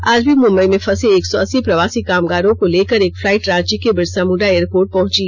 आज भी मंबई में फंसे एक सौ अस्सी प्रवासी कामगारों को लेकर एक फ्लाइट रांची के बिरसा मुंडा एयरपोर्ट पहंची